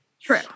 True